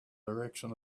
direction